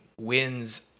wins